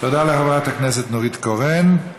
תודה לחברת הכנסת נורית קורן.